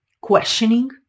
questioning